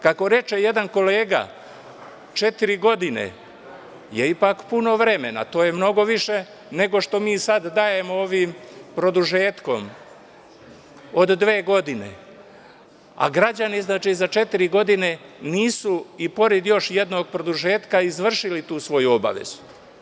Kako reče jedan kolega, četiri godine je ipak puno vremena, to je mnogo više nego što mi sada dajemo ovim produžetkom od dve godine, a građani, znači, za četiri godine nisu, i pored još jednog produžetka, izvršili tu svoju obavezu.